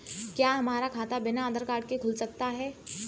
क्या हमारा खाता बिना आधार कार्ड के खुल सकता है?